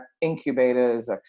incubators